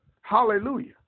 Hallelujah